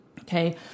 Okay